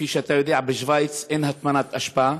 כפי שאתה יודע, בשווייץ אין הטמנת אשפה,